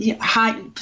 high